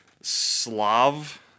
Slav